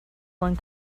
one